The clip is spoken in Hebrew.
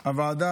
לאומי,